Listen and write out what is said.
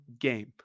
game